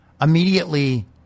immediately